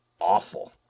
awful